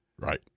Right